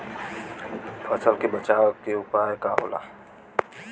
फसल के बचाव के उपाय का होला?